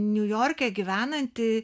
niujorke gyvenanti